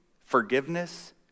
forgiveness